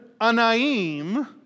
anaim